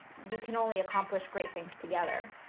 we can only accomplish great things together.